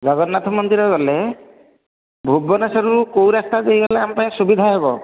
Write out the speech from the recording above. ଜଗନ୍ନାଥ ମନ୍ଦିର ଗଲେ ଭୁବନେଶ୍ୱରରୁ କେଉଁ ରାସ୍ତା ଦେଇକି ଗଲେ ଆମ ପାଇଁ ସୁବିଧା ହେବ